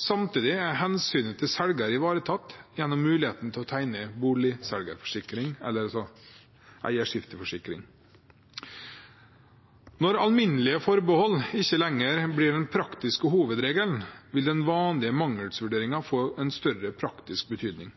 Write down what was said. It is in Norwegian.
Samtidig er hensynet til selgeren ivaretatt gjennom muligheten til å tegne eierskifteforsikring. Når alminnelige forbehold ikke lenger blir den praktiske hovedregelen, vil den vanlige mangelvurderingen få en større praktisk betydning.